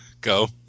go